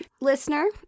Listener